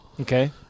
Okay